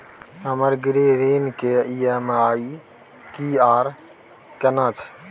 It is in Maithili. हमर गृह ऋण के ई.एम.आई की आर केना छै?